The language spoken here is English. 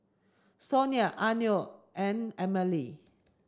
Sonia Arno and Emmalee